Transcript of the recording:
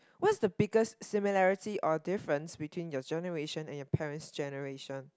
what's the biggest similarity or difference between your generation and your parents' generation